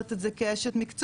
אומרת את זה כאשת מקצוע.